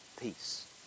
peace